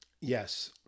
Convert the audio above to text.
Yes